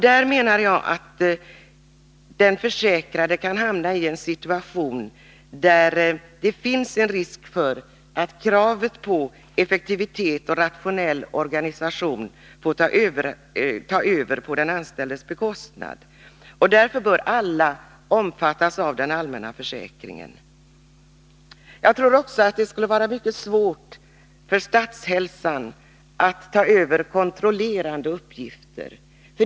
Jag menar att den försäkrade då hamnar i en situation där det finns risk för att kravet på effektivitet och rationell organisation får ta över — på den anställdes bekostnad. Därför bör alla omfattas av den allmänna försäkringen. Jag tror också att det skulle vara mycket svårt för Statshälsan att ta över kontrollerande uppgifter.